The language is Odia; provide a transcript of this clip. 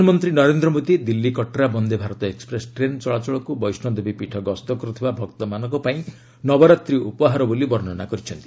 ପ୍ରଧାନମନ୍ତ୍ରୀ ନରେନ୍ଦ୍ର ମୋଦୀ ଦିଲ୍ଲୀ କଟ୍ରା ବନ୍ଦେଭାରତ ଏକ୍ୱପ୍ରେସ୍ ଟ୍ରେନ୍ ଚଳାଚଳକୁ ବୈଷୋଦେବୀ ପୀଠ ଗସ୍ତ କରୁଥିବା ଭକ୍ତମାନଙ୍କ ପାଇଁ ନବରାତ୍ରି ଉପହାର ବୋଲି ବର୍ଷନା କରିଛନ୍ତି